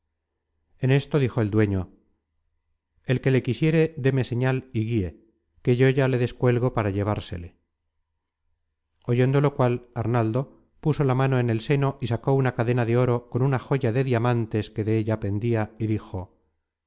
en esto dijo el dueño el que le quisiere déme señal y guie que yo ya le descuelgo para llevársele oyendo lo cual arnaldo puso la mano en el seno y sacó una cadena de oro con una joya de diamantes que de ella pendia y dijo